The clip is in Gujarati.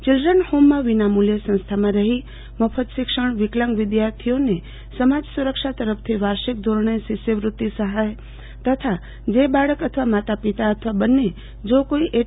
ચિલ્ડ્રન હોમમાં વિનામૂલ્ચે સંસ્થામાં રફી મફત શિક્ષણ વિકલાંગ વિદ્યાર્થીઓને સમાજ સુરક્ષા તરફથી વાર્ષિક ધોરણે શિષ્યવૃત્તિ સફાય જે બાળક અથવા માતા પિતા અથવા બંને જો એચ